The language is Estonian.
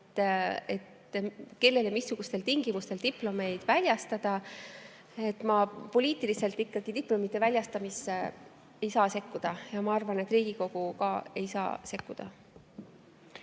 kellele missugustel tingimustel diplomeid väljastada ... Ma poliitiliselt diplomite väljastamisse ei saa sekkuda ja ma arvan, et ka Riigikogu ei saa sekkuda.